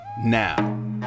now